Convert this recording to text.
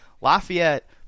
Lafayette